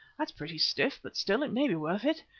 that's pretty stiff, but still, it may be worth it.